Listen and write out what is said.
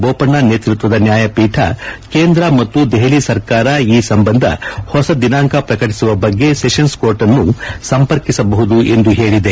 ಬೋಪಣ್ಣ ನೇತೃತ್ವದ ನ್ಯಾಯಪೀಠ ಕೇಂದ್ರ ಮತ್ತು ದೆಹಲಿ ಸರ್ಕಾರ ಈ ಸಂಬಂಧ ಹೊಸದಾಗಿ ದಿನಾಂಕ ಪ್ರಕಟಿಸುವ ಬಗ್ಗೆ ಸೆಷನ್ ಕೋರ್ಟ್ನ್ನು ಸಂಪರ್ಕಿಸಬಹುದು ಎಂದು ಹೇಳಿದೆ